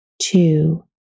Two